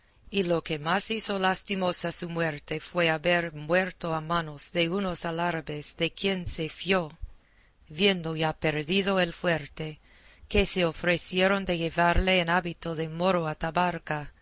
y lo que más hizo lastimosa su muerte fue haber muerto a manos de unos alárabes de quien se fió viendo ya perdido el fuerte que se ofrecieron de llevarle en hábito de moro a tabarca